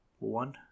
One